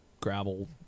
gravel